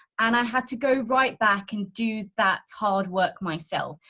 and i had to go right back and do that hard work myself,